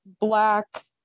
black